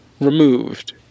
removed